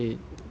会什么